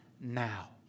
now